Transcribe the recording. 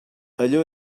allò